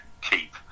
keep